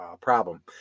problem